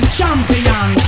Champion